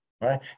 right